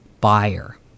buyer